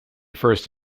first